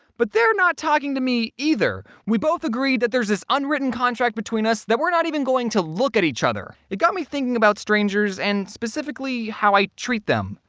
but they're not talking to me either. we both agree that there's this unwritten contract between us that we're not even going to look at each other. it got me thinking about strangers and specifically, how i treat them.